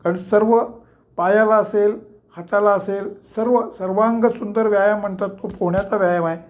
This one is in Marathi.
कारण सर्व पायाला असेल हाताला असेल सर्व सर्वांगसुंदर व्यायाम म्हणतात तो पोहण्याचा व्यायाम आहे